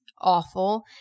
awful